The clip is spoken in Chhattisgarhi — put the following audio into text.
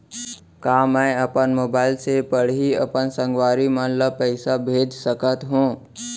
का मैं अपन मोबाइल से पड़ही अपन संगवारी मन ल पइसा भेज सकत हो?